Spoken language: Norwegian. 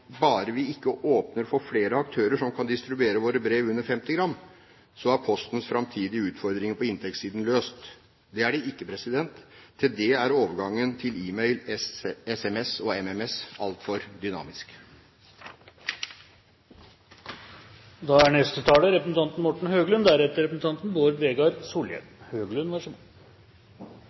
bare vi ikke åpner for flere aktører som kan distribuere våre brev under 50 gram, så er Postens framtidige utfordringer på inntektssiden løst. Det er de ikke. Til det er overgangen til e-mail, SMS og MMS altfor dynamisk.